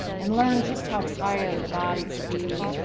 and learned just how tired a body could be.